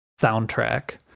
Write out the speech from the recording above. soundtrack